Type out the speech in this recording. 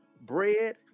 bread